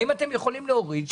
האם אתם יכולים להוריד?